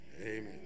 Amen